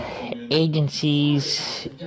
agencies